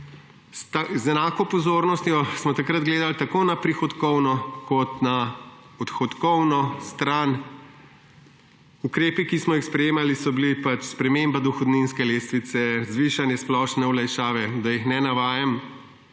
Z enako pozornostjo smo takrat gledali tako na prihodkovno kot na odhodkovno stran. Ukrepi, ki smo jih sprejemali, so bili pač sprememba dohodninske lestvice, zvišanje splošne olajšave – da jih ne navajam.